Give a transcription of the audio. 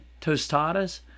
tostadas